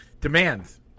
Demands